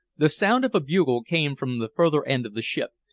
the sound of a bugle came from the further end of the ship,